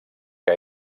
que